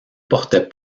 portaient